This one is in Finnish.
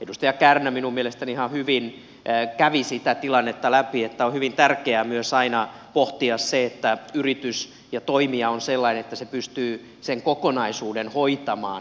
edustaja kärnä minun mielestäni ihan hyvin kävi sitä tilannetta läpi että on hyvin tärkeää aina pohtia myös sitä että yritys ja toimija on sellainen että se pystyy sen kokonaisuuden hoitamaan hyvin